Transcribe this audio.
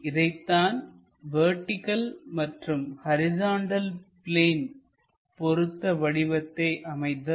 இதனைத்தான் vertical மற்றும் horizontal plane பொறுத்து வடிவத்தை அமைதல்